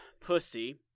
Pussy